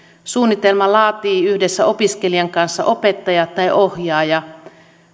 suunnitelman laatii yhdessä opiskelijan kanssa opettaja tai ohjaaja